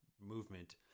movement